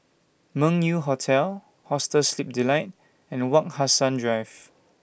Meng Yew Hotel Hostel Sleep Delight and Wak Hassan Drive